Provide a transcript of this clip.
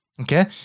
Okay